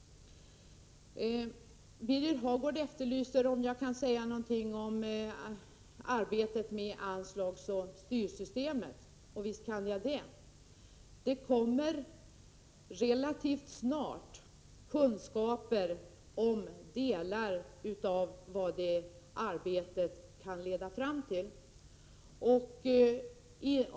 Birger Hagård undrar om jag kan säga något om arbetet med anslagsoch styrsystemet, och visst kan jag det. Relativt snart får vi kunskaper om vad delar av det arbetet kan leda fram till.